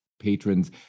patrons